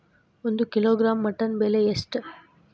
ಒಂದು kilogram mutton ಬೆಲೆ ಎಷ್ಟ್?